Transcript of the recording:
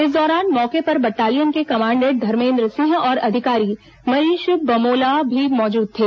इस दौरान मौके पर बटालियन के कमांडेंट धर्मेन्द्र सिंह और अधिकारी मनीष बमोला भी मौजूद थे